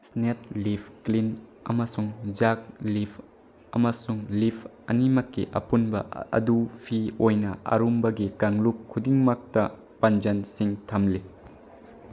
snatch ꯂꯤꯐ ꯀ꯭ꯂꯤꯟ ꯑꯃꯁꯨꯡ ꯖꯛ ꯂꯤꯐ ꯑꯃꯁꯨꯡ ꯂꯤꯐ ꯑꯅꯤꯃꯛꯀꯤ ꯑꯄꯨꯟꯕ ꯑꯗꯨ ꯐꯤ ꯑꯣꯏꯅ ꯑꯔꯨꯝꯕꯒꯤ ꯀꯥꯡꯂꯨꯞ ꯈꯨꯗꯤꯡꯃꯛꯇ ꯄꯥꯟꯖꯟꯁꯤꯡ ꯊꯝꯂꯤ